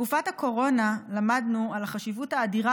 בתקופת הקורונה למדנו על החשיבות האדירה